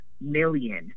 million